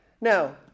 Now